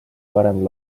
parem